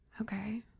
Okay